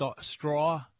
straw